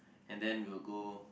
and then we'll go